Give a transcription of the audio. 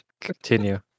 continue